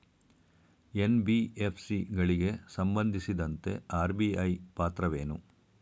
NBFC ಗಳಿಗೆ ಸಂಬಂಧಿಸಿದಂತೆ RBI ಪಾತ್ರವೇನು?